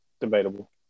debatable